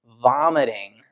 vomiting